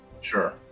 sure